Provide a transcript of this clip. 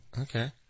Okay